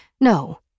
No